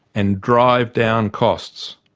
and drive down costs.